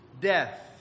death